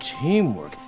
teamwork